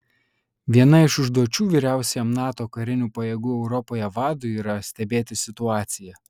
viena iš užduočių vyriausiajam nato karinių pajėgų europoje vadui yra stebėti situaciją